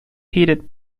heated